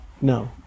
No